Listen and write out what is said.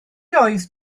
oedd